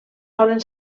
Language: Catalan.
solen